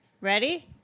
Ready